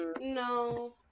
No